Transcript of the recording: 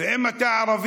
ואם אתה ערבי,